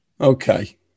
Okay